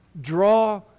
draw